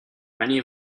many